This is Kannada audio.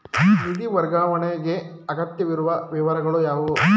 ನಿಧಿ ವರ್ಗಾವಣೆಗೆ ಅಗತ್ಯವಿರುವ ವಿವರಗಳು ಯಾವುವು?